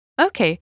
Okay